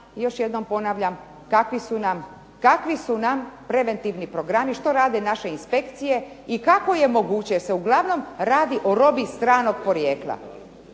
još jednom ponavljam kakvi su nam preventivni programi, što rade naše inspekcije i kako je moguće, jer se uglavnom radi o robiji stranog porijekla.